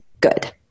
good